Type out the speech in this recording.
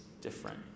different